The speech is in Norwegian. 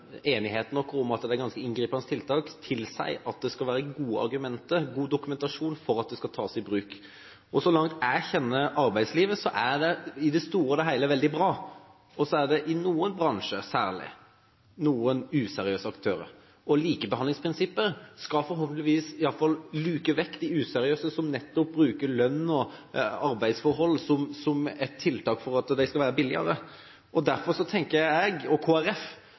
det skal være gode argumenter for og god dokumentasjon på at det skal tas i bruk. Så langt jeg kjenner arbeidslivet, er det i det store og hele veldig bra. Så er det i noen bransjer, særlig, noen useriøse aktører. Likebehandlingsprinsippet skal, i alle fall forhåpentligvis, luke vekk de useriøse som nettopp bruker lønn og arbeidsforhold som ett tiltak for at de skal være billigere. Derfor tenker jeg og